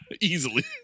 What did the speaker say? Easily